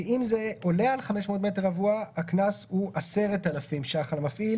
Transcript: ואם זה עולה על 500 מטר רבוע הקנס הוא 10,000 ש"ח על המפעיל